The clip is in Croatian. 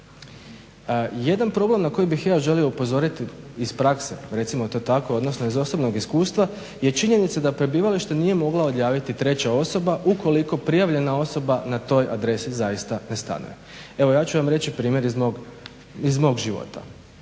Jedan problem na koji bih ja želio upozoriti iz prakse recimo to tako, odnosno iz osobnog iskustva, je činjenica da prebivalište nije mogla odjaviti treća osoba ukoliko prijavljena osoba na toj adresi zaista ne stanuje. Evo ja ću vam reći primjer iz mog života.